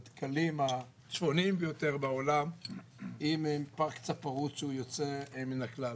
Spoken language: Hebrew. הדקלים השונים ביותר בעולם עם פארק צפרות שהוא יוצא מן הכלל.